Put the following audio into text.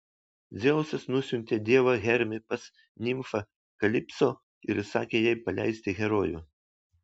dzeusas nusiuntė dievą hermį pas nimfą kalipso ir įsakė jai paleisti herojų